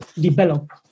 develop